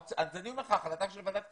אז אני אומר לך, החלטה של ועדת כספים.